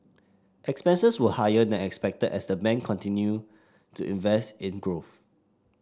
expenses were higher than expected as the bank continue to invest in growth